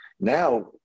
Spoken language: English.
Now